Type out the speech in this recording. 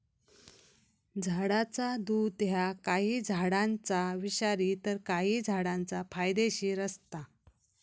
झाडाचा दुध ह्या काही झाडांचा विषारी तर काही झाडांचा फायदेशीर असता